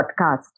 podcast